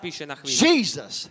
Jesus